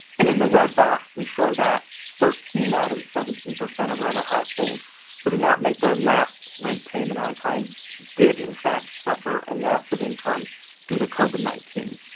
and in the red box we show that thirteen out of the seventeen percent of renter households who did not make their last rent payment on time did in fact suffer a loss of income due to covid nineteen.